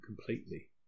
completely